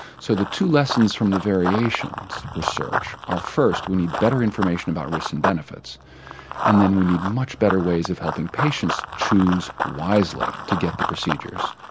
so the two lessons from the variations research are first we need better information about risks and benefits and then we need much better ways of helping patients choose wisely to get the procedures.